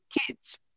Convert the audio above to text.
kids